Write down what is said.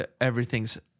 everything's